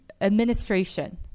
administration